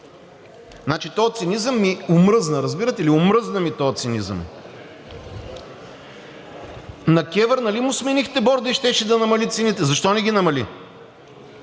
Този цинизъм ми омръзна, разбирате ли? Омръзна ми този цинизъм! На КЕВР, нали му сменихте борда и щеше да намали цените, защо не ги намали?